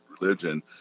religion